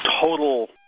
total